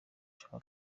ushaka